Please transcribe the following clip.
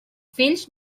fills